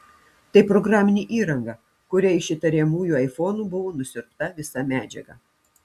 tai programinė įranga kuria iš įtariamųjų aifonų buvo nusiurbta visa medžiaga